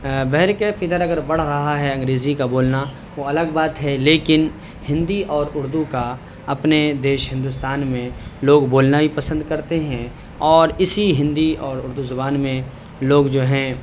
بہر کیف ادھر اگر بڑھ رہا ہے انگریزی کا بولنا وہ الگ بات ہے لیکن ہندی اور اردو کا اپنے دیش ہندوستان میں لوگ بولنا بھی پسند کرتے ہیں اور اسی ہندی اور اردو زبان میں لوگ جو ہیں